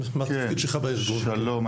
שלום,